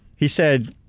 he said,